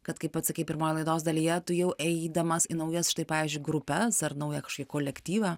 kad kaip pats sakei pirmoje laidos dalyje tu jau eidamas į naujas štai pavyzdžiui grupes ar naują kolektyvą